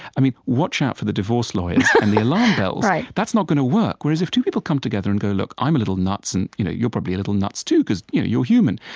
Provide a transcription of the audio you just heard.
i mean, watch out for the divorce lawyers and the alarm bells. like that's not going to work. whereas if two people come together and go, look, i'm a little nuts, and you know you're probably a little nuts too cause you're you're human.